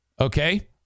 Okay